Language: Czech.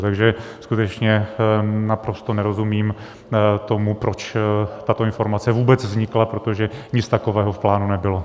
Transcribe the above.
Takže skutečně naprosto nerozumím tomu, proč tato informace vůbec vznikla, protože nic takového v plánu nebylo.